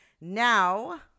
Now